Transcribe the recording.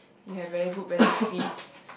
you have very good benefits